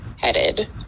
headed